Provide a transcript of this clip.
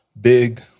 big